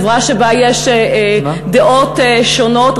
חברה שבה יש דעות שונות.